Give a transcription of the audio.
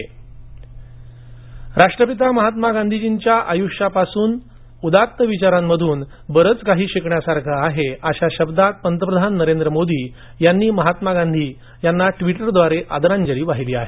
Modi tweet Gandhi राष्ट्रपिता महात्मा गांधीजींच्या आयुष्यापासून आणि उदात्त विचारांमधून बरेच काही शिकण्यासारखे अशा शब्दात पंतप्रधान नरेंद्र मोदी यांनी महात्मा गांधी यांनी ट्विटरद्वारे आदरांजली वाहिली आहे